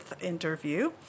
interview